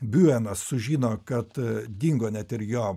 biuenas sužino kad dingo net ir jo